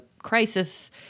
crisis